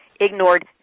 ignored